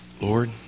Lord